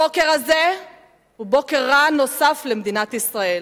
הבוקר הזה הוא בוקר רע נוסף למדינת ישראל,